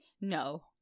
no